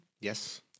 Yes